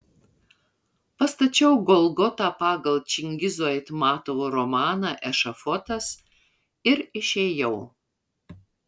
pastačiau golgotą pagal čingizo aitmatovo romaną ešafotas ir išėjau